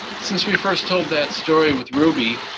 since we first told that story with ruby,